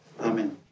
Amen